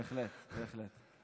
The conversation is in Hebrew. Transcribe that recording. בהחלט, בהחלט.